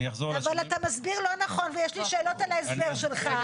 אבל אתה מסביר לא נכון ויש לי שאלות על ההסבר שלך.